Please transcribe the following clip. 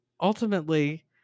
ultimately